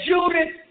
Judith